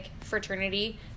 fraternity